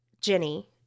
Jenny